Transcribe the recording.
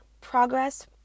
progress